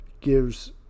gives